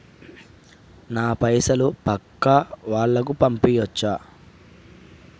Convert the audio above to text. నా పైసలు పక్కా వాళ్ళకు పంపియాచ్చా?